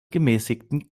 gemäßigten